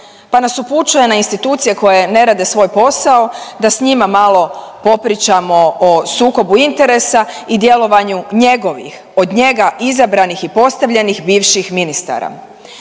pa nas upućuje na institucije koje ne rade svoj posao da s njima malo popričamo o sukobu interesa i djelovanju njegovih, od njega izabranih i postavljenih bivših ministara.